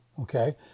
Okay